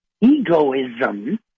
egoism